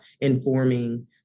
informing